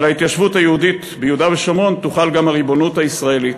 על ההתיישבות היהודית ביהודה ושומרון תוחל גם הריבונות הישראלית.